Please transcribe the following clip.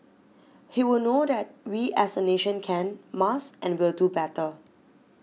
he would know that we as a nation can must and will do better